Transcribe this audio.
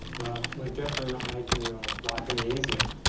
well, we're definitely not making your life any easier,